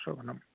शोभनम्